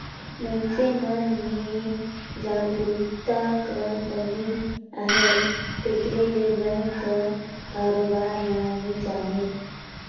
मइनसे मन में जागरूकता कर कमी अहे तेकर ले बेंक कर कारोबार ल नी जानें